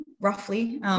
roughly